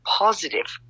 positive